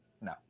No